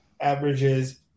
averages